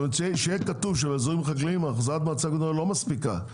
שיהיה כתוב שבאזורים חקלאיים החזרת מצב לא מספיקה,